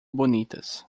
bonitas